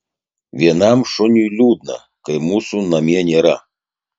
vienam šuniui liūdna kai mūsų namie nėra